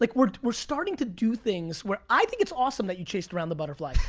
like we're we're starting to do things where, i think it's awesome that you chased around the butterfly.